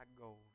gold